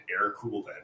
air-cooled